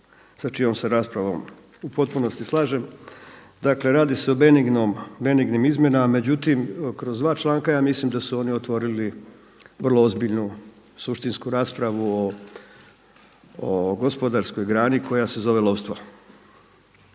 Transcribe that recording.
sa čijom se raspravom u potpunosti slažem. Dakle radi se o benignim izmjenama, međutim kroz dva članka ja mislim da su oni otvorili vrlo ozbiljnu suštinsku raspravu o gospodarskoj grani koja se zove lovstvo.